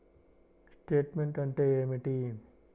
Statement అంటే ఏమిటి?